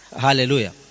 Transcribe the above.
Hallelujah